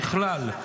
ככלל,